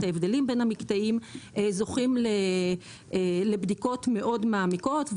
ההבדלים בין המקטעים זוכים לבדיקות מאוד מעמיקות.